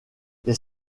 les